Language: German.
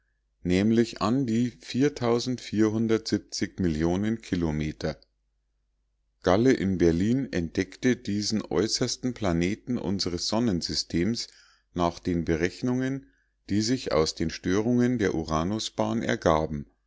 nämlich an die millionen kilometer galle in berlin entdeckte diesen äußersten planeten unsres sonnensystems nach den berechnungen die sich aus den störungen der uranusbahn ergaben